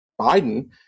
Biden